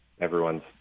Everyone's